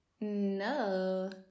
No